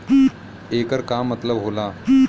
येकर का मतलब होला?